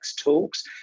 talks